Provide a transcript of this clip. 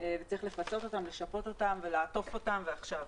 וצריך לפצות אותם, לשפות אותם ולעטוף אותם ועכשיו.